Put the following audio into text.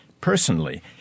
personally